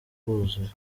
rwuzuye